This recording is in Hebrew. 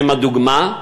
לשם הדוגמה,